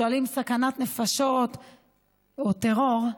שואלים: סכנת נפשות או טרור?